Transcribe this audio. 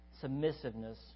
submissiveness